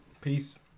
peace